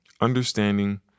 understanding